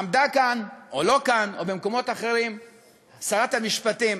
עמדה כאן או לא כאן או במקומות אחרים שרת המשפטים,